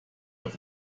auf